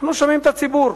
אנחנו שומעים את הציבור,